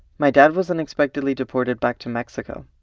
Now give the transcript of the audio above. my dad was unexpectedly deported back to mexico.